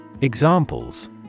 Examples